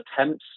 attempts